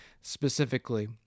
specifically